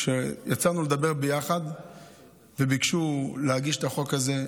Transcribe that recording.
כשיצאנו לדבר ביחד וביקשו להגיש את החוק הזה,